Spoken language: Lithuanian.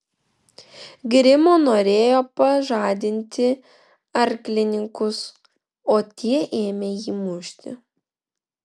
grimo norėjo pažadinti arklininkus o tie ėmė jį mušti